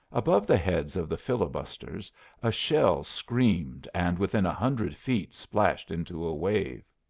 above the heads of the filibusters a shell screamed and within a hundred feet splashed into a wave.